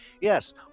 yes